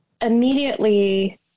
immediately